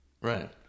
Right